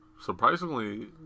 surprisingly